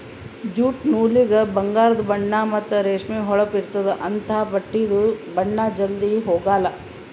jute ನೂಲಿಗ ಬಂಗಾರದು ಬಣ್ಣಾ ಮತ್ತ್ ರೇಷ್ಮಿ ಹೊಳಪ್ ಇರ್ತ್ತದ ಅಂಥಾ ಬಟ್ಟಿದು ಬಣ್ಣಾ ಜಲ್ಧಿ ಹೊಗಾಲ್